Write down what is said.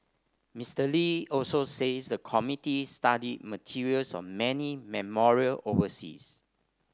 Mister Lee also says the committee study materials on many memorials overseas